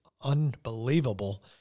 unbelievable